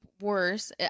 worse